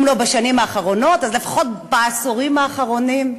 אם לא בשנים האחרונות אז לפחות בעשורים האחרונים.